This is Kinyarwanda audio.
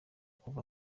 kuva